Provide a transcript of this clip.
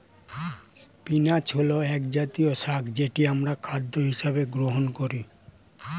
spinach হল একজাতীয় শাক যেটি আমরা খাদ্য হিসেবে গ্রহণ করি